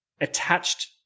attached